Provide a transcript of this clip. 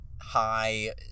High